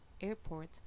airport